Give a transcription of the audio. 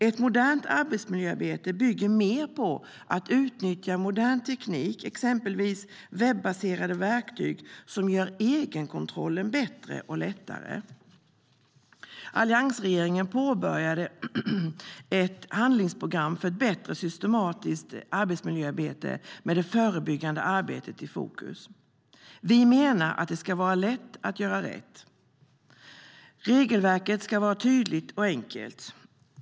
Ett modernt arbetsmiljöarbete bygger mer på att utnyttja modern teknik, exempelvis webbaserade verktyg som gör egenkontrollen bättre och lättare. Alliansregeringen påbörjade ett handlingsprogram för ett bättre systematiskt arbetsmiljöarbete med det förebyggande arbetet i fokus. Vi menar att det ska vara lätt att göra rätt. Regelverket ska vara tydligt och enkelt.